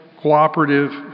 cooperative